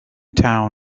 town